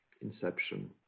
inception